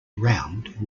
round